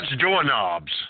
doorknobs